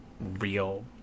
real